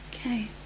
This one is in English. Okay